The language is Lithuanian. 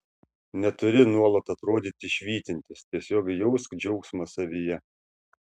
neturi nuolat atrodyti švytintis tiesiog jausk džiaugsmą savyje